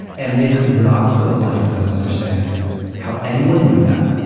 and they could not for the life of them understand how anyone knew that,